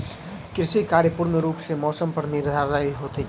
कृषि कार्य पूर्ण रूप सँ मौसम पर निर्धारित होइत अछि